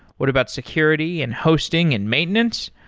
what about security and hosting and maintenance?